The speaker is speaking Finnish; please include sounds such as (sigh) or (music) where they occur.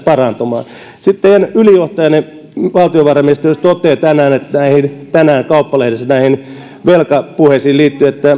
(unintelligible) parantamaan teidän ylijohtajanne valtiovarainministeriössä toteaa tänään kauppalehdessä näihin velkapuheisin liittyen